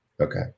Okay